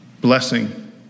blessing